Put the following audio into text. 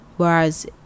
Whereas